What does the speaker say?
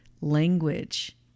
language